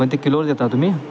पण ते किलोवर देता तुम्ही